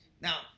Now